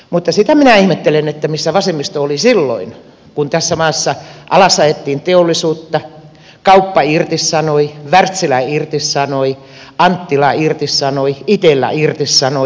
mutta sitä minä ihmettelen missä vasemmisto oli silloin kun tässä maassa alasajettiin teollisuutta kauppa irtisanoi wärtsilä irtisanoi anttila irtisanoi itella irtisanoi